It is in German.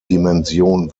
dimension